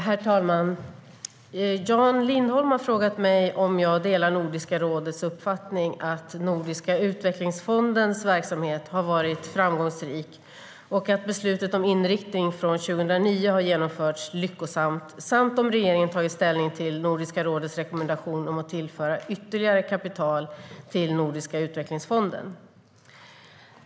Herr talman! Jan Lindholm har frågat mig om jag delar Nordiska rådets uppfattning att Nordiska utvecklingsfondens verksamhet har varit framgångsrik och att beslutet om inriktning från 2009 har genomförts lyckosamt samt om regeringen tagit ställning till Nordiska rådets rekommendation om att tillföra ytterligare kapital till Nordiska utvecklingsfonden.